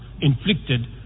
inflicted